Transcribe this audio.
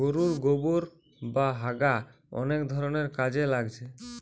গোরুর গোবোর বা হাগা অনেক ধরণের কাজে লাগছে